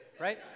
right